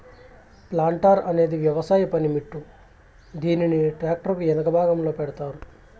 planter అనేది వ్యవసాయ పనిముట్టు, దీనిని ట్రాక్టర్ కు ఎనక భాగంలో పెడతారు